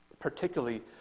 particularly